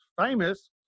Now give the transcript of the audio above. famous